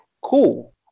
cool